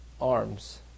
arms